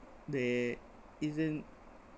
there isn't